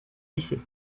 lycée